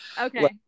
Okay